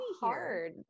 hard